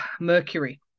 Mercury